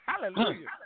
Hallelujah